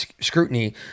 scrutiny